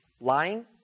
Lying